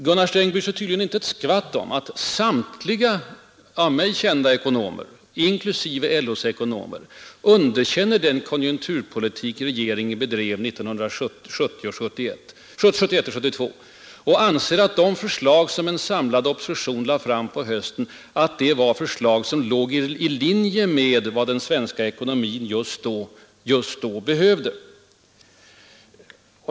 Gunnar Sträng bryr sig tydligen inte ett skvatt om att samtliga av mig kända ekonomer, inklusive LO:s ekonomer, underkänner den konjunkturpolitik regeringen drev 1971 och 1972 och anser att de förslag som en samlad opposition lade fram hösten 1971 låg i linje med vad den svenska ekonomin just då behövde.